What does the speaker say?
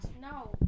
no